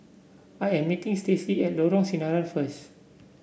I am meeting Stacey at Lorong Sinaran first